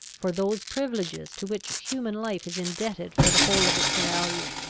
for those privileges to which human life is indebted for the whole of its value.